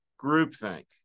groupthink